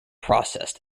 processed